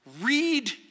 read